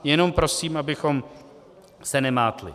Jenom prosím, abychom se nemátli.